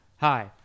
Hi